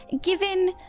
Given